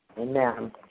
Amen